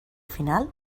final